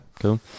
cool